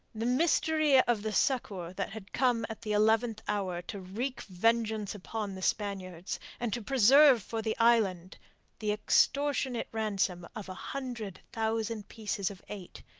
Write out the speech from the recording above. the mystery of the succour that had come at the eleventh hour to wreak vengeance upon the spaniards, and to preserve for the island the extortionate ransom of a hundred thousand pieces of eight,